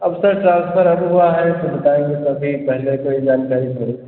अब sir transfer अब हुआ है फिर बताएँगे तो अभी पहले कोई जानकारी थोड़ी थी